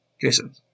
Jason